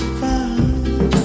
fine